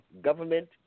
Government